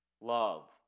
love